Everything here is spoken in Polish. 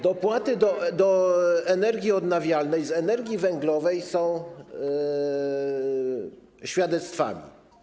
Dopłaty do energii odnawialnej z energii węglowej są tego świadectwami.